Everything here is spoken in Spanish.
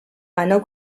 ganó